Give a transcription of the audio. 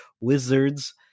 Wizards